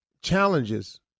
challenges